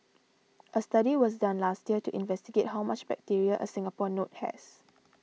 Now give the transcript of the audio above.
a study was done last year to investigate how much bacteria a Singapore note has